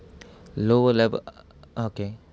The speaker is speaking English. lower level okay um